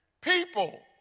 people